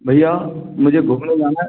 भैया मुझे घूमने जाना है